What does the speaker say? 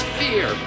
fear